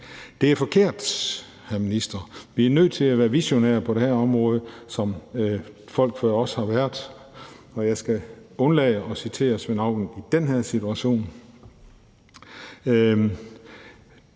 Det er forkert, hr. minister. Vi er nødt til at være visionære på det her område, som folk før os har været. Jeg skal undlade at citere Svend Auken i den situation.